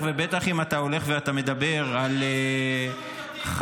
בטח ובטח אם אתה מדבר על --- אני רוצה צדק חלוקתי.